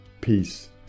peace